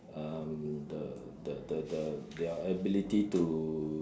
um the the the the their ability to